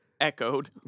Echoed